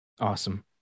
Awesome